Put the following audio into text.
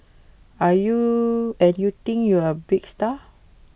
are you are you think you're A big star